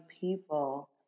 people